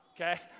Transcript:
Okay